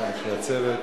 ואני מאמין שהיא עושה את